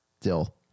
Dill